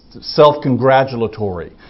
self-congratulatory